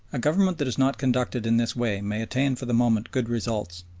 a government that is not conducted in this way may attain for the moment good results,